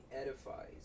edifies